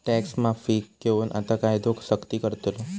tax माफीक घेऊन आता कायदो सख्ती करतलो